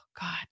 God